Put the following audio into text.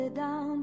down